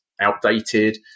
outdated